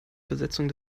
übersetzung